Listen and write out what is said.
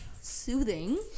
soothing